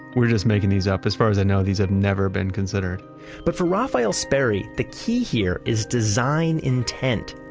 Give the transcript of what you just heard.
we're just making these up, as far as i know, these have never been considered but for rafael sperry, the key here is design intent.